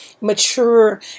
mature